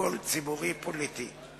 לטיפול ציבורי-פוליטי.